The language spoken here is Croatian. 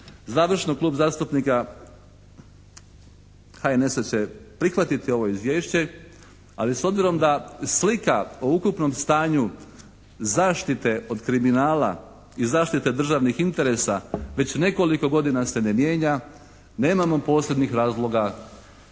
Završno. Klub zastupnika HNS-a će prihvatiti ovo izvješće ali s obzirom da slika o ukupnom stanju zaštite od kriminala i zaštite državnih interesa već nekoliko godina se ne mijenja nemamo posebnih razloga